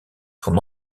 son